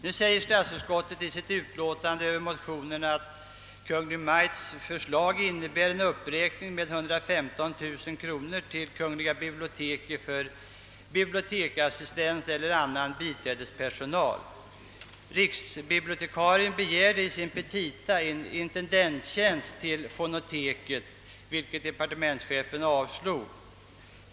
Utskottet skriver i sitt utlåtande över motionerna att Kungl. Maj:ts förslag innebär en uppräkning av anslaget till kungl. biblioteket med 115000 kronor för en biblioteksassistent eller annan biträdespersonal. Riksbibliotekarien begärde i sina petita en intendenttjänst till fonoteket, vilket departementschefen avslog.